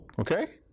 Okay